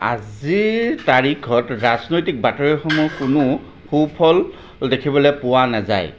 আজিৰ তাৰিখত ৰাজনৈতিক বাতৰিসমূহ কোনো সুফল দেখিবলৈ পোৱা নাযায়